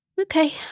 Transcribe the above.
okay